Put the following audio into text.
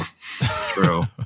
True